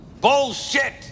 Bullshit